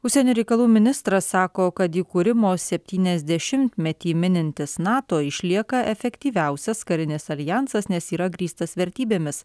užsienio reikalų ministras sako kad įkūrimo septyniasdešimtmetį minintis nato išlieka efektyviausias karinis aljansas nes yra grįstas vertybėmis